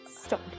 Stop